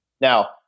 Now